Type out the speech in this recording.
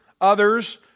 others